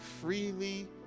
freely